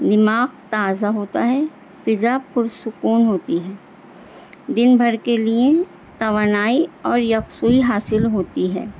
نماغ تازہ ہوتا ہے پضا خسکون ہوتی ہے دن بھر کے لیے توانائی اور قسوئی حاصل ہوتی ہے